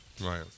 Right